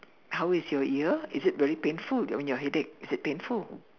how is your ear is it very painful I mean your headache is it painful